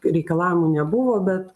reikalavimų nebuvo bet